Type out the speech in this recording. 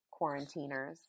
quarantiners